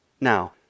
Now